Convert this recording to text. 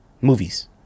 Movies